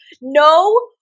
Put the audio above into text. No